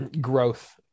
growth